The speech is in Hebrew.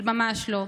ממש לא.